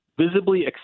visibly